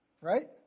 Right